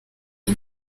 iyo